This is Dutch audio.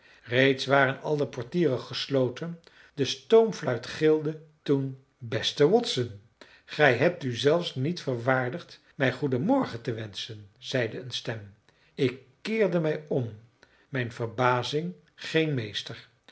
reeds waren al de portieren gesloten de stoomfluit gilde toen beste watson gij hebt u zelfs niet verwaardigd mij goeden morgen te wenschen zeide een stem ik keerde mij om mijn verbazing geen meester